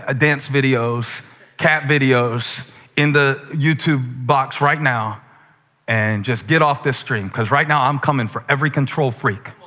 ah dance videos or cat videos in the youtube box right now and just get off this stream, because right now i'm coming for every control freak,